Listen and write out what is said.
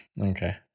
Okay